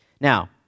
Now